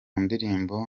ndirimbo